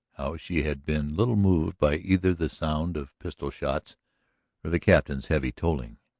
how she had been little moved by either the sound of pistol-shots or the captain's heavy tolling.